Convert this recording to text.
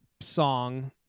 song